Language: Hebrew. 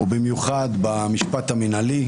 ובמיוחד במשפט המינהלי.